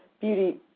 beauty